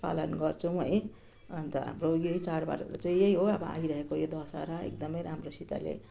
पालन गर्छौँ है अन्त हाम्रो यही चाडबाड चाहिँ यही हो अब आइरहेको अब यो दसहरा एकदमै राम्रोसितले